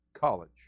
college